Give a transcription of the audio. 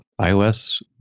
iOS